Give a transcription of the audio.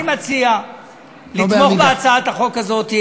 אני מציע לתמוך בהצעת החוק הזאת.